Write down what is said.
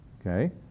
Okay